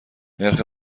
نرخ